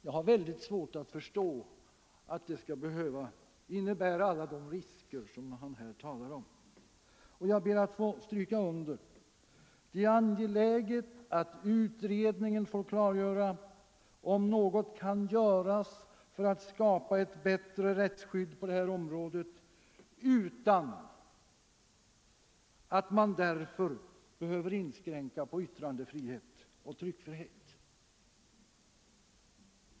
Jag har mycket svårt att förstå att det skall behöva medföra alla de risker som man här talar om. Vi finner det angeläget att utredningen får klargöra om något kan göras för att skapa ett bättre rättsskydd på detta område utan miskt förtal att därför komma i konflikt med yttrandefrihet och tryckfrihet.